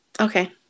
Okay